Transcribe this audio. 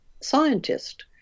scientist